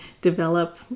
develop